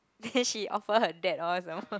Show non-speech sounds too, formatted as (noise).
(laughs) then she offer her dad